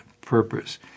purpose